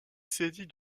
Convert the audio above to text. saisie